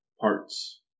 parts